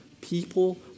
People